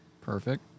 Perfect